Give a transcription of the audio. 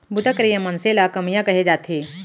बूता करइया मनसे ल कमियां कहे जाथे